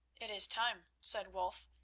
it is time, said wulf,